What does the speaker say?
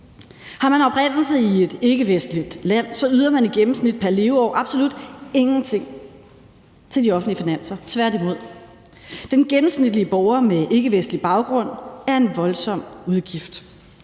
Har man oprindelse i et ikkevestligt land, yder man i gennemsnit pr. leveår absolut ingenting til de offentlige finanser, tværtimod. Den gennemsnitlige borger med ikkevestlig baggrund er en voldsom udgift.